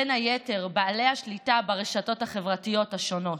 בין היתר בעלי השליטה ברשתות החברתיות השונות.